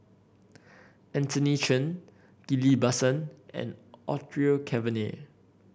Anthony Chen Ghillie Basan and Orfeur Cavenagh